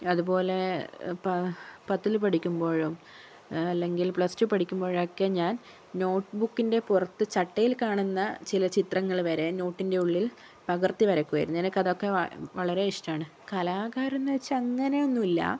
അതുപോലേ പത്തിൽ പഠിക്കുമ്പോഴും അല്ലെങ്കിൽ പ്ലസ്ടു പഠിക്കുമ്പോഴൊക്കെ ഞാൻ നോട്ട് ബുക്കിൻ്റെ പുറത്ത് ചട്ടയിൽ കാണുന്ന ചില ചിത്രങ്ങൾ വരെ നോട്ടിൻ്റെ ഉള്ളിൽ പകർത്തി വരയ്കുമായിരുന്നു എനിക്കതൊക്കെ വളരെ ഇഷ്ടമാണ് കലാകാരൻ എന്നു വച്ചാൽ അങ്ങനെ ഒന്നും ഇല്ല